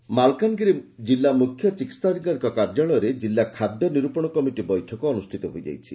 ବୈଠକ ମାଲକାନଗିରି ଜିଲ୍ଲା ମୁଖ୍ୟ ଚିକିହାଅଧିକାରୀଙ୍କ କାର୍ଯ୍ୟାଳୟରେ ଜିଲ୍ଲା ଖାଦ୍ୟ ନିରୁପଣ କମିଟି ବୈଠକ ଅନୁଷିତ ହୋଇଯାଇଛି